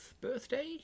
birthday